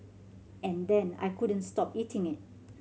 and then I couldn't stop eating it